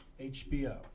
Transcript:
HBO